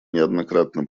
неоднократно